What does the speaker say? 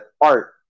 art